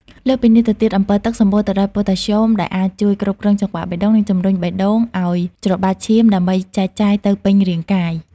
លើសពីនេះទៅទៀត អម្ពិលទឹកសម្បូរទៅដោយប៉ូតាស្យូមដែលអាចជួយគ្រប់គ្រងចង្វាក់បេះដូង និងជំរុញបេះដូងឱ្យច្របាច់ឈាមដើម្បីចែកចាយទៅពេញរាងកាយ។